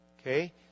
Okay